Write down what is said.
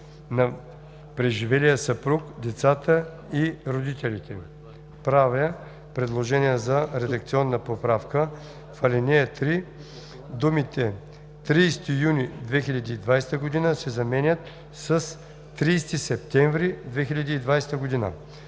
на преживелия съпруг, децата и родителите.“ Правя предложение за редакционна поправка – в ал. 3 думите „30 юни 2020 г.“ се заменят с „30 септември 2020 г.“.